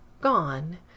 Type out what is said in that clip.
gone